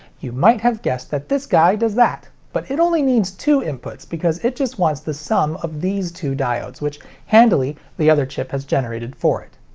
you might have guessed that this guy does that. but it only needs two inputs because it just wants the sums of these two diodes, which handily the other chip has generated for it.